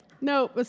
No